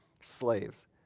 slaves